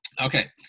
Okay